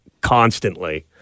constantly